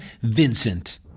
Vincent